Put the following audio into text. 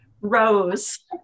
Rose